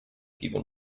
given